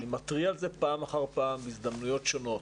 אני מתריע על זה פעם אחר פעם בהזדמנויות שונות.